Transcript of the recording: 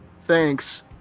thanks